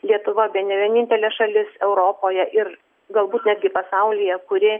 lietuva bene vienintelė šalis europoje ir galbūt netgi pasaulyje kuri